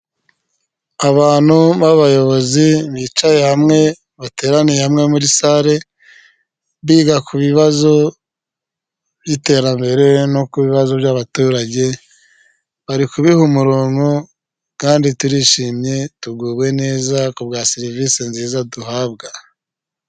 Abantu b'abayobozi bicaye hamwe bateraniye hamwe muri sare, biga ku bibazo by'iterambere no ku bibazo by'abaturage. Bari kubiha umurongo kandi turishimye tuguwe neza kubwa serivisi nziza duhabwa.